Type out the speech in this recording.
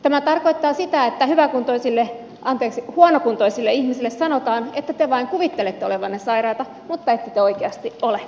tämä tarkoittaa sitä että huonokuntoisille ihmisille sanotaan että te vain kuvittelette olevanne sairaita mutta ette te oikeasti ole